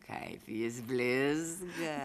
kaip jis blizga